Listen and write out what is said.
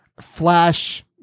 flash